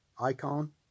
Icon